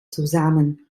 zusammen